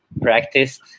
practiced